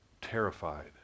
terrified